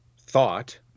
thought